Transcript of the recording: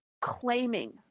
claiming